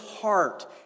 heart